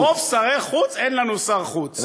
מרוב שרי חוץ אין לנו שר חוץ.